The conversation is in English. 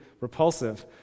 repulsive